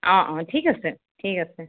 অঁ অঁ ঠিক আছে ঠিক আছে